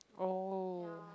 oh